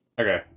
Okay